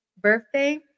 birthday